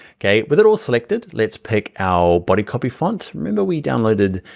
okay? with it all selected, let's pick our body copy font, remember we downloaded,